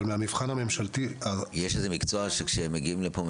אבל מהמבחן הממשלתי -- יש מקצוע שכשהם מגיעים לפה הם